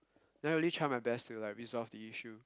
then I really try my best to like resolve the issue